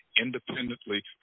independently